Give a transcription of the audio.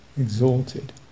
Exalted